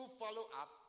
follow-up